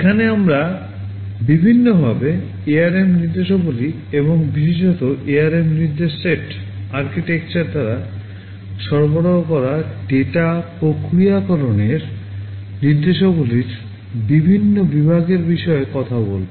এখানে আমরা বিভিন্নভাবে ARM নির্দেশাবলী এবং বিশেষত ARM নির্দেশ সেট আর্কিটেকচার দ্বারা সরবরাহ করা ডেটা প্রক্রিয়াকরণের নির্দেশাবলীর বিভিন্ন বিভাগের বিষয়ে কথা বলব